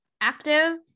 active